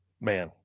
Man